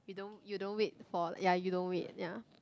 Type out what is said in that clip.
you don't you don't wait for ya you don't wait ya